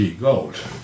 Gold